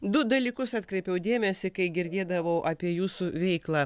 du dalykus atkreipiau dėmesį kai girdėdavau apie jūsų veiklą